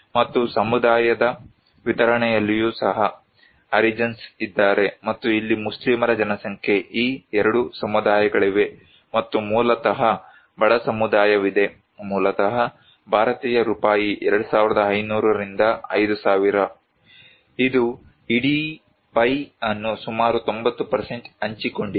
ಮತ್ತು ಸಮುದಾಯದ ವಿತರಣೆಯಲ್ಲಿಯೂ ಸಹ ಹರಿಜನ್ಸ್ ಇದ್ದಾರೆ ಮತ್ತು ಇಲ್ಲಿ ಮುಸ್ಲಿಮರ ಜನಸಂಖ್ಯೆ ಈ ಎರಡು ಸಮುದಾಯಗಳಿವೆ ಮತ್ತು ಮೂಲತಃ ಬಡ ಸಮುದಾಯವಿದೆ ಮೂಲತಃ ಭಾರತೀಯ ರೂಪಾಯಿ 2500 ರಿಂದ 5000 ಇದು ಇಡೀ ಪೈ ಅನ್ನು ಸುಮಾರು 90 ಹಂಚಿಕೊಂಡಿದೆ